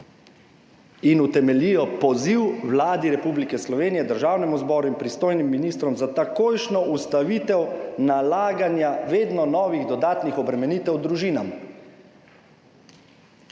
in utemeljijo poziv Vladi Republike Slovenije, Državnemu zboru in pristojnim ministrom za takojšnjo ustavitev nalaganja vedno novih dodatnih obremenitev družinam.